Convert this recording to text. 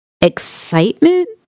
excitement